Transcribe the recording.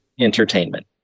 entertainment